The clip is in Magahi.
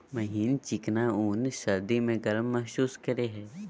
महीन चिकना ऊन सर्दी में गर्म महसूस करेय हइ